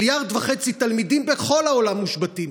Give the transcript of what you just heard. מיליארד וחצי תלמידים בכל העולם מושבתים.